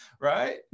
right